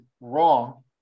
wrong